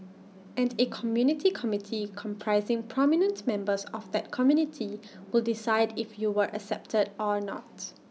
and A community committee comprising prominent members of that community will decide if you were accepted or not